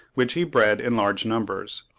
which he bred in large numbers.